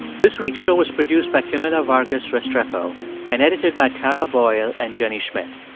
this week's show was produced by camila vargas restrepo and edited by tara boyle and jenny schmidt.